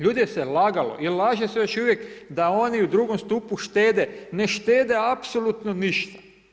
Ljude se lagalo i laže se još uvijek da oni u drugom stupu štede, ne štede apsolutno ništa.